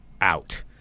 out